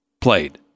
played